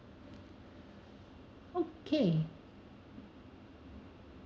okay